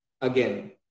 again